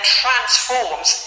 transforms